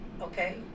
Okay